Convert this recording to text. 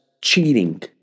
cheating